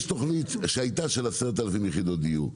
יש תכנית שהייתה של 10,000 יחידות דיור,